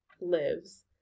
lives